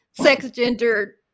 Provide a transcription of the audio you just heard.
sex-gender